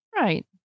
Right